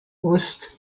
ost